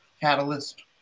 Catalyst